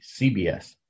CBS